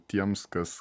tiems kas